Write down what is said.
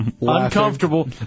uncomfortable